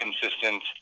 consistent